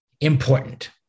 important